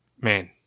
man